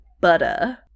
butter